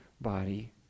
body